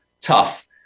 Tough